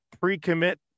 pre-commit